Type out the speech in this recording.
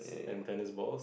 and tennis balls